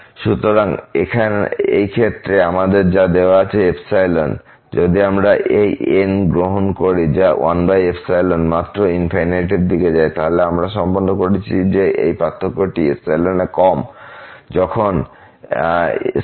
সুতরাং এই ক্ষেত্রে আমাদের যা দেওয়া আছে যদি আমরা এই N গ্রহণ করি যা 1 মাত্র এর দিকে যায় তাহলে আমরা সম্পন্ন করেছি যে পার্থক্যটি এর কম n≥N